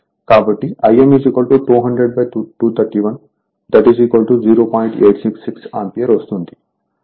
866 ampere వస్తుంది IC 2004000